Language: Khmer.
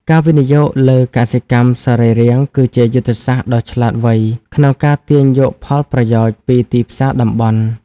ការវិនិយោគលើកសិកម្មសរីរាង្គគឺជាយុទ្ធសាស្ត្រដ៏ឆ្លាតវៃក្នុងការទាញយកផលប្រយោជន៍ពីទីផ្សារតំបន់។